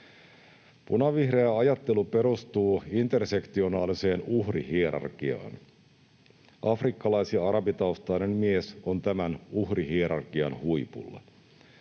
Punavihreä ajattelu perustuu intersektionaaliseen uhrihierarkiaan. Afrikkalais- ja arabitaustainen mies on tämän uhrihierarkian huipulla.